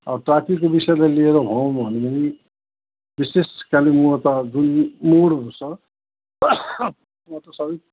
अब ट्राफिकको विषयलाई लिएर भन्नु पनि भने पनि विषेश कालिम्पोङमा त जुन मोडहरू छ त्यो त सबै